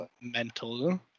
mental